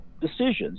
decisions